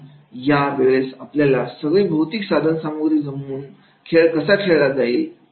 आणि या वेळेस आपल्याला सगळी भौतिक साधनसामुग्री जमून खेळ कसा खेळला जाईल